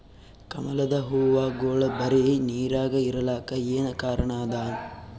ಕಮಲದ ಹೂವಾಗೋಳ ಬರೀ ನೀರಾಗ ಇರಲಾಕ ಏನ ಕಾರಣ ಅದಾ?